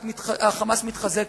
ה"חמאס" מתחזק,